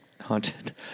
Haunted